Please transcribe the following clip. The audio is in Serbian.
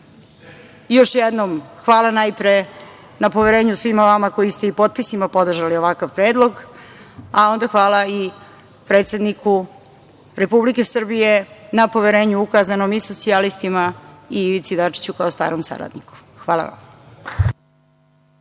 još jednom, hvala najpre na poverenju svima vama koji ste potpisima podržali ovakav predlog, a onda hvala i predsedniku Republike Srbije na poverenju ukazanom i socijalistima i Ivici Dačiću kao starom saradniku. Hvala vam.